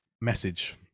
message